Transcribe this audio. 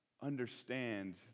understand